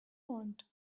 want